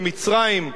במצרים,